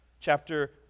Chapter